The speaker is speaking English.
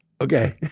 okay